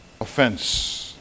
Offense